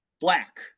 black